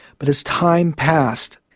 but as time passed,